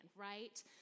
right